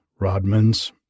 Rodmans